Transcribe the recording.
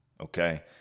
okay